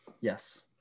Yes